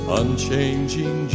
unchanging